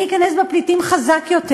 מי ייכנס בפליטים חזק יותר,